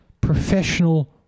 professional